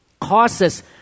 causes